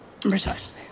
Precisely